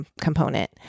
component